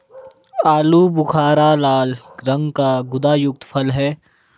आलू बुखारा लाल रंग का गुदायुक्त फल है